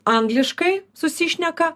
angliškai susišneka